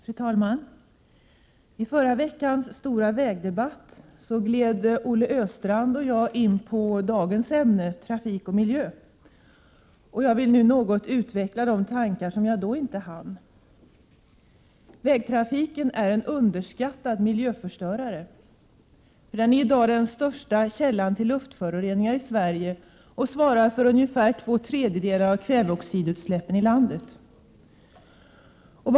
Fru talman! I förra veckans stora vägdebatt gled Olle Östrand och jag in på dagens ämne, trafik och miljö, och jag vill nu något utveckla de tankar som jag då inte hann ta upp. Vägtrafiken är en underskattad miljöförstörare. Den är i dag den största Prot. 1987/88:126 källan till luftföroreningar i Sverige och svarar för ungefär två tredjedelar av 25 maj 1988 kväveoxidutsläppen i landet.